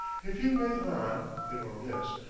if he went on, hit or miss,